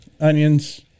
onions